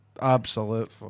Absolute